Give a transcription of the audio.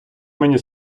мені